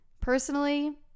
personally